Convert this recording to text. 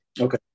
okay